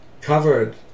covered